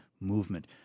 movement